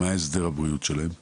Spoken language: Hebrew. מה הוא הסדר הבריאות של עובדים זרים?